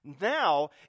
Now